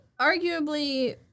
arguably